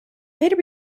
later